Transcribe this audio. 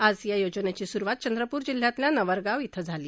आज या योजनेची सुरूवात चंद्रपूर जिल्ह्यातल्या नवरगाव इथं झाली